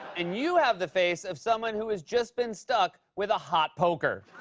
and you have the face of someone who has just been stuck with a hot poker.